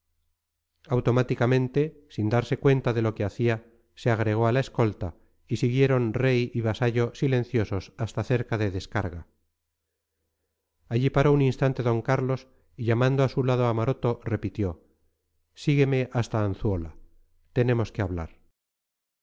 automáticamente sin darse cuenta de lo que hacía se agregó a la escolta y siguieron rey y vasallo silenciosos hasta cerca de descarga allí paró un instante d carlos y llamando a su lado a maroto repitió sígueme hasta anzuola tenemos que hablar